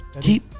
keep